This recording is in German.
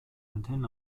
antennen